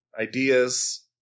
Ideas